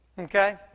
Okay